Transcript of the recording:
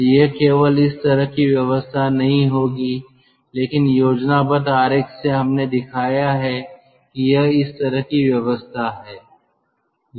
तो यह केवल इस तरह की व्यवस्था नहीं होगी लेकिन योजनाबद्ध आरेख से हमने दिखाया है कि यह इस तरह की व्यवस्था है